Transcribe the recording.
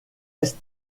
est